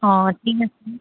অঁ